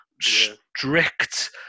strict